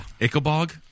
Ichabod